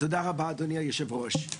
תודה רבה, אדוני היו"ר.